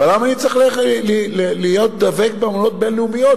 אבל למה אני צריך להיות דבק באמנות בין-לאומיות?